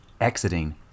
exiting